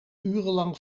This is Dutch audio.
urenlang